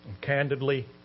Candidly